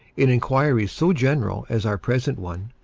in inquiries so general as our present one,